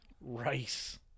rice